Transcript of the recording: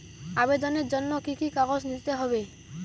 আবেদনের জন্য কি কি কাগজ নিতে হবে?